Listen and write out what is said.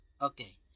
Okay